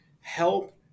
help